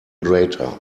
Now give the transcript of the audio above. greater